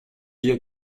hier